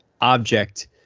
object